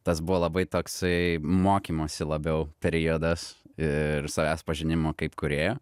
tas buvo labai toksai mokymosi labiau periodas ir savęs pažinimo kaip kūrėjo